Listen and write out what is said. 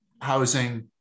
housing